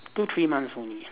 two three months only